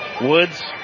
Woods